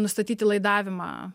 nustatyti laidavimą